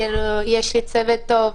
יש לי צוות טוב,